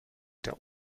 der